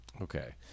Okay